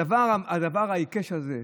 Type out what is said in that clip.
הדבר העיקש הזה,